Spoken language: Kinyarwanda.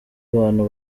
abantu